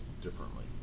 differently